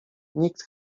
nikt